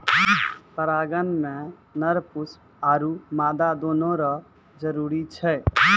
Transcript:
परागण मे नर पुष्प आरु मादा दोनो रो जरुरी छै